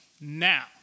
now